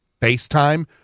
facetime